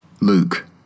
Luke